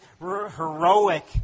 heroic